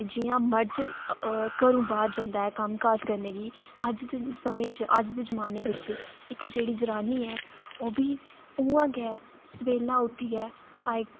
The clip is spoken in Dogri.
ते जियां मर्द घरूं बाह्र जंदा ऐ कम्मकाज करने गी अज्ज दे समें च अज्ज दे जमाने बिच इक्क जेह्ड़ी जनानी ऐ ओह्बी उ'आं गै सवेला उटि्ठ्यै